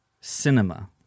cinema